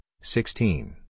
sixteen